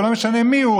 ולא משנה מיהו,